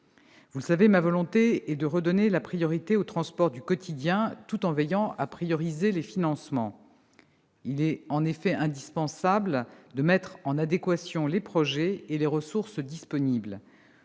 Vous le savez, ma volonté est de redonner la priorité aux transports du quotidien, tout en veillant à prioriser les financements. Il est en effet indispensable de mettre en adéquation les projets et les ressources disponibles.